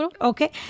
Okay